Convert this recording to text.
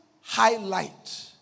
highlight